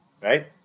right